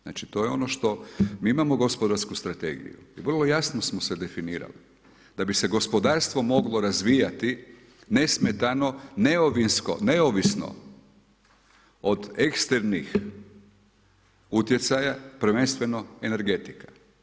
Znači to je ono što, mi imamo gospodarsku strategiju i vrlo jasno smo se definirali, da bi se gospodarstvo moglo razvijati, nesmetano, neovisno od eksternih utjecaja prvenstveno energetika.